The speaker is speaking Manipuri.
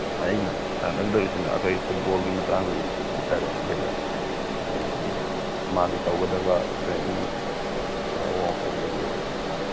ꯑꯩꯅ ꯁꯥꯟꯅꯒꯗꯧꯔꯤꯁꯤꯅ ꯑꯩꯈꯣꯏꯒꯤ ꯐꯨꯠꯕꯣꯜꯒꯤ ꯃꯇꯥꯡꯒꯤ ꯍꯥꯏꯇꯥꯔꯦ ꯑꯗꯨꯗ ꯑꯩꯈꯣꯏꯒꯤ ꯃꯥꯒꯤ ꯇꯧꯒꯗꯕ ꯇ꯭ꯔꯦꯅꯤꯡꯒꯤ ꯃꯑꯣꯡ ꯑꯗꯨꯗꯒꯤ